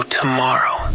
tomorrow